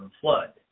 flood